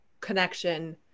connection